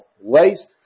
waste